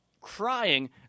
crying